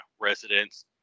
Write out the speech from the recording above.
residents